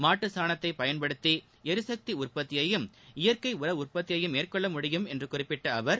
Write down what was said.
மாட்டுச்சாணத்தை பயன்படுத்தி எரிக்தி உற்பத்தியையும் இயற்கை உர உற்பத்தியையும் மேற்கொள்ள முடியும் என்று குறிப்பிட்ட அவர்